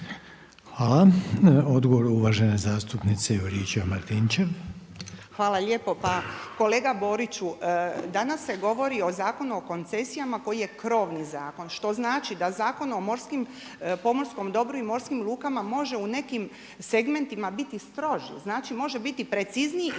Hvala. Odgovor uvažene zastupnice Juričev-Martinčev. **Juričev-Martinčev, Branka (HDZ)** Hvala lijepo. Pa kolega Boriću, danas se govori o Zakonu o koncesijama koji je krovni zakon, što znači da Zakon o pomorskom dobru i morskim lukama može u nekim segmentima biti strožiji, znači može biti precizniji i treba biti